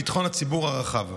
ביטחון הציבור הרחב,